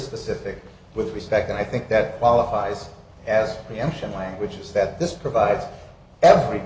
specific with respect and i think that qualifies as reaction languages that this provides every